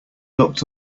looked